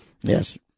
Yes